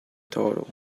total